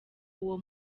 uwo